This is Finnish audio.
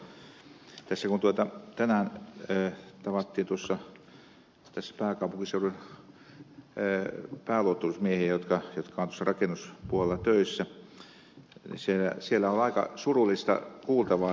tänään tavattiin pääkaupunkiseudun pääluottamusmiehiä jotka ovat rakennuspuolella töissä ja heidän tarinansa oli aika surullista kuultavaa